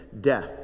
death